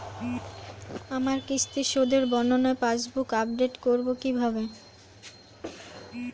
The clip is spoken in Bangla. আমার কিস্তি শোধে বর্ণনা পাসবুক আপডেট করব কিভাবে?